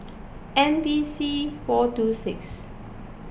M V C four two six